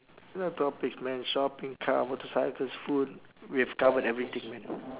no topics man shopping car motorcycles food we have covered everything man